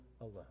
alone